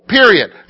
Period